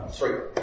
three